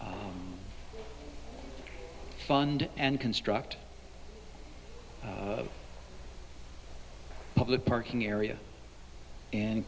fund and construct a public parking area and